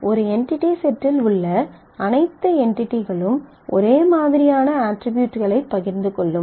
ஒரு என்டிடி செட்டில் உள்ள அனைத்து என்டிடிகளும் ஒரே மாதிரியான அட்ரிபியூட்களைப் பகிர்ந்து கொள்ளும்